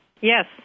Yes